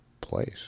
place